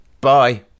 bye